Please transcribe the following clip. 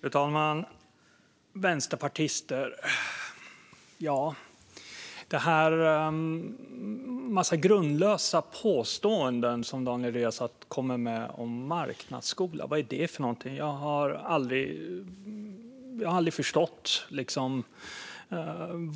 Fru talman! Daniel Riazat kommer med en massa grundlösa påståenden om en marknadsskola. Vad är det för någonting? Jag har liksom aldrig förstått